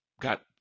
got